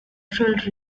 federal